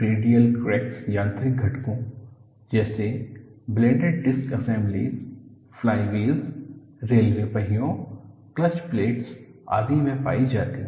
radial cracks यांत्रिक घटकों जैसे ब्लेडिड डिस्क असेंबलियों फ्लाईव्हील रेलवे पहियों क्लच प्लेट्स आदि में पाई जाती हैं